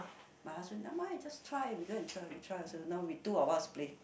my husband never mind just try we go and try also two of us play